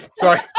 sorry